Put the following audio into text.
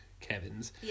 Kevin's